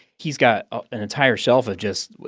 he's got an entire shelf of just,